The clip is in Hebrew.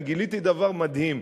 אני גיליתי דבר מדהים,